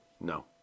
No